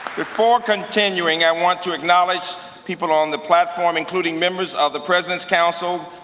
before continuing, i want to acknowledge people on the platform, including members of the president's council,